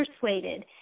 persuaded